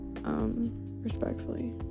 Respectfully